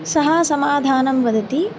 सः समाधानं वदति